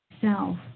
self